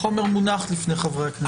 החומר מונח בפני חברי הכנסת.